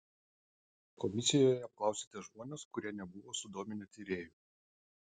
komisijoje apklausėte žmones kurie nebuvo sudominę tyrėjų